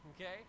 okay